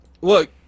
Look